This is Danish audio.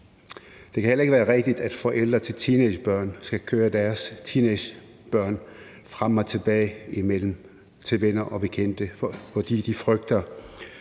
Det kan heller ikke være rigtigt, at forældre skal køre deres teenagebørn til og fra venner og bekendte, fordi de føler